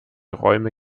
räume